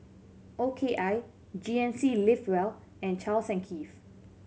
O K I G N C Live well and Charles and Keith